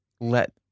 let